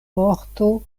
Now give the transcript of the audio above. vorto